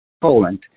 Poland